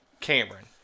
Cameron